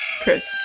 Chris